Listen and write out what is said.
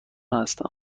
هستم